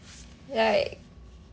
like